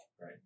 Right